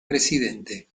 presidente